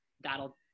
that'll